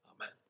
Amen